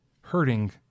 hurting